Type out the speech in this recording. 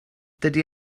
dydy